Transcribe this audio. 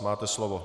Máte slovo.